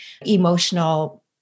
emotional